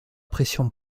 pression